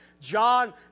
John